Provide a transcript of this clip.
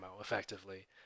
effectively